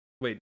Wait